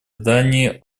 дании